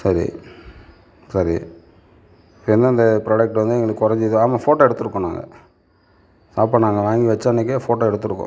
சரி சரி எந்தெந்த ப்ராடக்ட் வந்து எங்களுக்கு குறஞ்சிதோ ஆமாம் போட்டோ எடுத்திருக்கோம் நாங்கள் சாப்பாடு நாங்கள் வாங்கி வச்ச அன்னைக்கே போட்டோ எடுத்திருக்கோம்